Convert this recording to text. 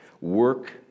work